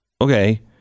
okay